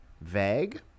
vague